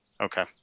Okay